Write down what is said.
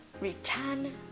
return